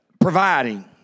providing